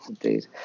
indeed